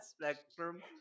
Spectrum